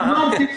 הוזמנתי.